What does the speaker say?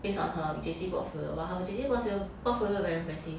based on her J_C portfolio lor her J_C port~ portfolio very impressive